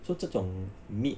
so 这种 meat